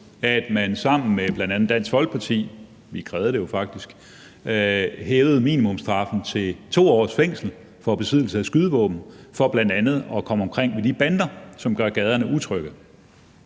at man sammen med bl.a. Dansk Folkeparti – vi krævede det jo faktisk – hævede minimumsstraffen til 2 års fængsel for besiddelse af skydevåben for bl.a. at komme omkring de bander, som gør gaderne utrygge?